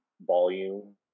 volume